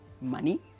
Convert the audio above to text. money